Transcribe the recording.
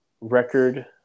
record